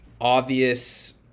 obvious